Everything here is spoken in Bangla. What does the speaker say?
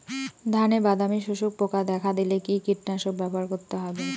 ধানে বাদামি শোষক পোকা দেখা দিলে কি কীটনাশক ব্যবহার করতে হবে?